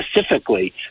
specifically